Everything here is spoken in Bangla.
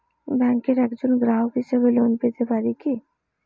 ব্যাংকের একজন গ্রাহক হিসাবে লোন পেতে পারি কি?